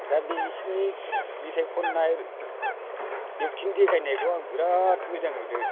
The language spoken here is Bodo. दा बेसिनि मेथाइ खननाय एकटिं देखायनायखौ आं बिराद मोजां मोनो